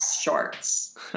shorts